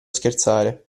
scherzare